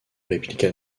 répliqua